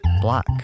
black